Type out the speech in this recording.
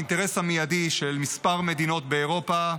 האינטרס המיידי של כמה מדינות באירופה,